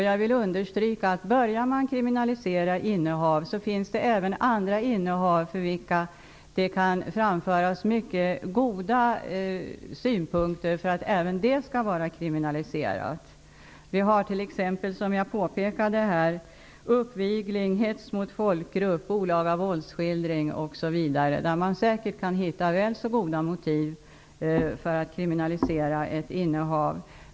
Jag vill understryka att börjar man kriminalisera innehav finns det även andra innehav för vilka det kan framföras mycket goda synpunkter på att även de skall vara kriminaliserade. Vi har t.ex., som jag påpekade, uppvigling, hets mot folkgrupp, olaga våldsskildring osv. Där kan man säkert hitta väl så goda motiv för att kriminalisera ett innehav.